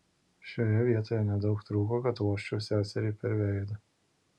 šioje vietoje nedaug trūko kad vožčiau seseriai per veidą